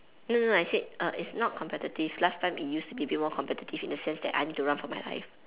no no no I said err it's not competitive last time it used to be a bit more competitive in the sense that I need to run for my life